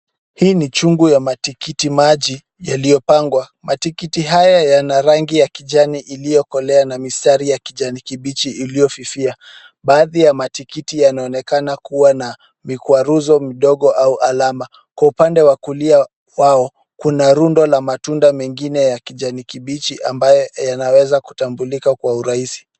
Hii ni chungu ya matikiti maji yaliyopangwa. Matikiti haya yana rangi ya kijani iliyokolea na mistari ya kijani kibichi iliyofifia. Baadhi ya matikiti yanaonekana kuwa na mikwaruzo mdogo au alama. Kwa upande wa kulia wao kuna rundo la matunda mengine ya kijani kibichi ambaye yanaweza kutambulika kwa urahisi.